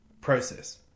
process